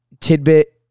tidbit